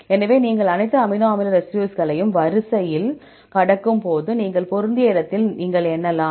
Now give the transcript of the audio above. எனவே நீங்கள் அனைத்து அமினோ அமில ரெசிடியூஸ்களையும் வரிசையில் கடக்கும்போது நீங்கள் பொருந்திய இடத்தில் நீங்கள் எண்ணலாம்